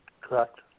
Correct